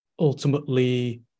Ultimately